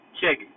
Check